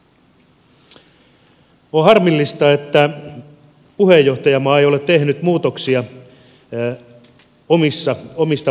on harmillista että puheenjohtajamaa ei ole tehnyt muutoksia omista varoista